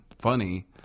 funny